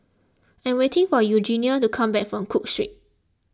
I am waiting for Eugenie to come back from Cook Street